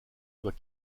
doit